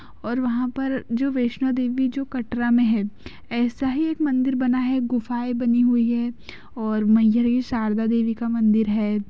और वहाँ पर जो वैष्णो देवी जो कटरा में है ऐसा ही एक मंदिर बना है गुफ़ाएँ बनी हुई हैं और वहीं हर भी शारदा देवी का मंदिर है